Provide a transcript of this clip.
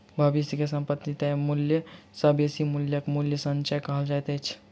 भविष्य मे संपत्ति के तय मूल्य सॅ बेसी मूल्यक मूल्य संचय कहल जाइत अछि